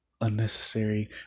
unnecessary